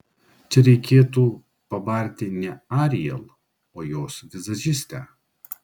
čia reikėtų pabarti ne ariel o jos vizažistę